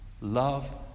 Love